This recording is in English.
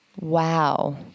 Wow